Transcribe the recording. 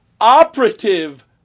operative